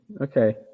okay